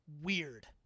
weird